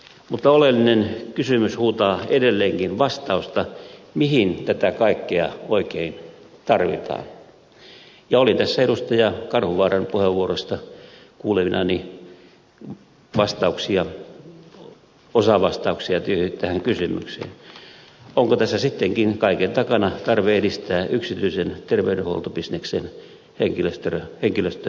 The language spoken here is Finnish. mutta oleellinen kysymys huutaa edelleenkin vastausta mihin tätä kaikkea oikein tarvitaan ja oli tässä edustaja kadunvarren puheenvuorosta kuulevinani vastauksia usan vastauksia tyydyttää kysymykselle onko tässä sittenkin kaiken takana tarve edistää yksityisen terveydenhuoltobisneksen henkilöstöä ei kiinnosta